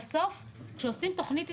בסוף כשעושים תוכנית התפנות,